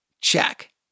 Check